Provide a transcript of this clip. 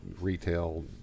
retail